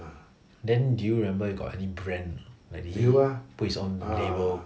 then do you remember you got any brand like he put his own label